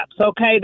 Okay